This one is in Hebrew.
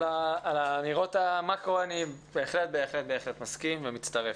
על אמירות המקרו אני בהחלט מסכים ומצטרף.